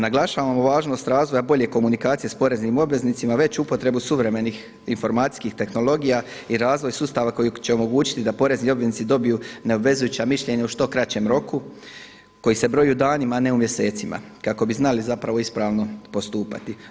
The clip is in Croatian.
Naglašavamo važnost razvoja bolje komunikacije s poreznim obveznicima veću upotrebu suvremenih informacijskih tehnologija i razvoj sustava koji će omogućiti da porezni obveznici dobiju neobvezujuća mišljenja u što kraćem roku koji se broji u danima, a ne u mjesecima, kako bi znači zapravo ispravno postupati.